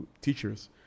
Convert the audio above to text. teachers